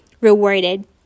rewarded